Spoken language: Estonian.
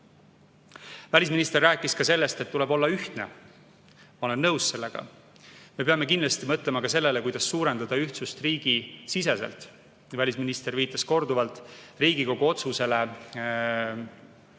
praegu. Välisminister rääkis ka sellest, et tuleb olla ühtne. Ma olen sellega nõus. Me peame kindlasti mõtlema ka sellele, kuidas suurendada ühtsust riigisiseselt. Välisminister viitas korduvalt Riigikogu otsusele ja